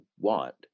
want